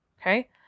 Okay